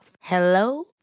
Hello